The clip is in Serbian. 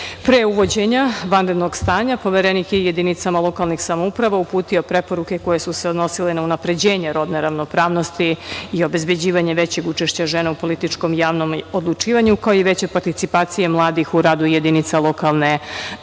uvođenja vanrednog stanja Poverenik je jedinicama lokalnih samouprava uputio preporuke koje su se odnosile na unapređenje rodne ravnopravnosti i obezbeđivanje većeg učešća žena u političkom javnom odlučivanju, kao i veće participacije mladih u radu jedinica lokalne samouprave.